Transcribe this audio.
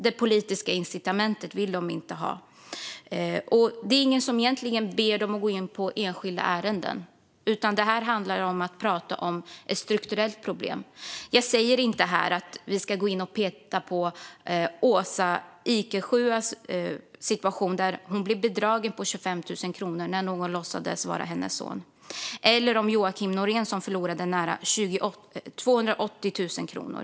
Det är ingen som ber dem gå in på enskilda ärenden, utan det här handlar om ett strukturellt problem. Jag säger inte att vi ska gå in och peta i Åsa Ikekhuas situation, hon som blev bedragen på 25 000 kronor när någon låtsades vara hennes son, eller Joakim Norén som förlorade nära 280 000 kronor.